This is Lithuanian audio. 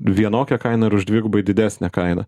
vienokią kainą ir už dvigubai didesnę kainą